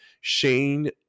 Shane